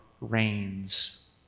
reigns